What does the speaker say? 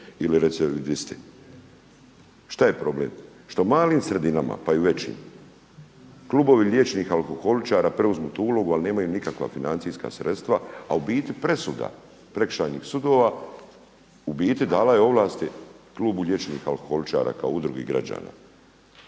ili recidivisti. Šta je problem? što u malim sredinama pa i u većim klubovi liječenih alkoholičara preuzmu tu ulogu, ali nemaju nikakva financijska sredstva, a u biti presuda prekršajnih sudova u biti dala je ovlasti klubu liječenih alkoholičara kao udrugi građana.